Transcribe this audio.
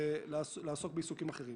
ולעסוק בעיסוקים אחרים.